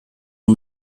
nur